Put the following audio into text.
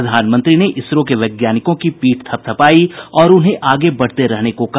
प्रधानमंत्री ने इसरो के वैज्ञानिकों की पीठ थपथपाई और उन्हें आगे बढ़ते रहने को कहा